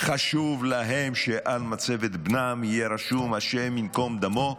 חשוב להם שעל מצבת בנם יהיה רשום "השם ייקום דמו",